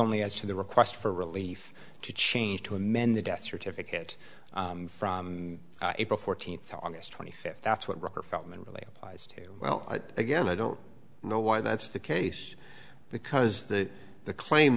only as to the request for relief to change to amend the death certificate from april fourteenth of august twenty fifth that's what rocker felt that really applies to well again i don't know why that's the case because that the claim